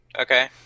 Okay